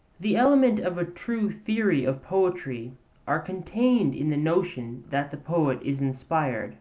the elements of a true theory of poetry are contained in the notion that the poet is inspired